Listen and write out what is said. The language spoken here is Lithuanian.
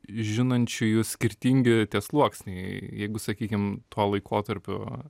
žinančiųjų skirtingi tie sluoksniai jeigu sakykim to laikotarpio